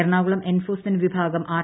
Ernakulam enforcement വിഭാഗം R